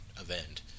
event